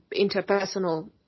interpersonal